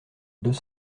deux